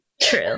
true